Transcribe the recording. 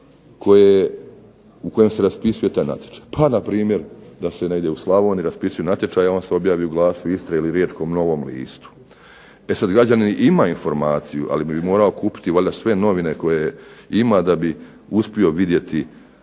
mjesta u kojem se raspisuje taj natječaj. Pa npr. da se u Slavoniji raspisuje natječaj a on se objavi u Glasu Istre ili u Riječkom Novom listu. E sada građanin ima informaciju, ali bi valjda morao kupiti sve novine da bi uspio vidjeti